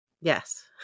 Yes